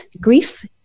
Grief's